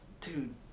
dude